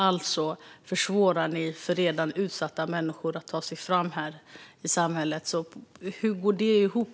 Alltså försvårar ni för redan utsatta människor att ta sig fram i samhället. Hur går det ihop?